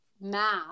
math